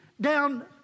down